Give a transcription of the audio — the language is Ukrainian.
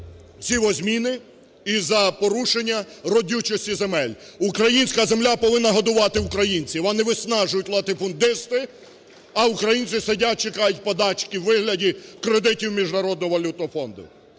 сівозміни і за порушення родючості земель. Українська земля повинна годувати українців, а не виснажують латифундисти, а українці сидять, чекають подачки у вигляді кредитів Міжнародного валютного фонду.